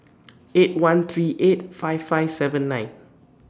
eight one three eight five five seven nine